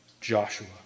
Joshua